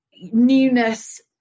newness